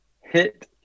hit